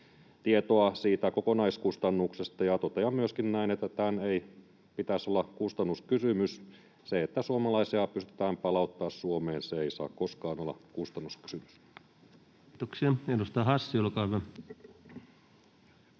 tietoa siitä kokonaiskustannuksesta. Totean myöskin näin, että tämän ei pitäisi olla kustannuskysymys. Se, että suomalaisia pystytään palauttamaan Suomeen, ei saa koskaan olla kustannuskysymys. [Speech 29] Speaker: